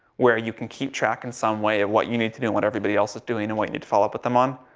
where you can keep track in some way of what you need to do, and what everybody else is doing, and what you need to follow up with them on.